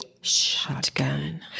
shotgun